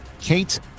Kate